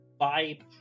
vibe